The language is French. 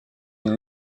une